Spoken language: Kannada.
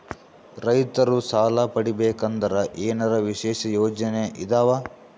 ರೈತರು ಸಾಲ ಪಡಿಬೇಕಂದರ ಏನರ ವಿಶೇಷ ಯೋಜನೆ ಇದಾವ?